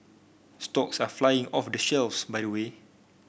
stocks are flying off the shares by the way